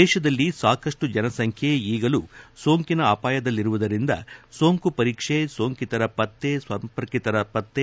ದೇಶದಲ್ಲಿ ಸಾಕಷ್ಟು ಜನಸಂಖ್ಯೆ ಈಗಲೂ ಸೋಂಕಿನ ಅಪಾಯದಲ್ಲಿರುವುದರಿಂದ ಸೋಂಕು ಪರೀಕ್ಸೆ ಸೋಂಕಿತರ ಪತ್ನೆ ಸಂಪರ್ಕಿತರ ಪತ್ತೆ